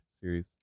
series